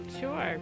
Sure